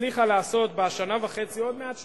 הצליחה לעשות בשנה וחצי, עוד מעט שנתיים,